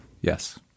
Yes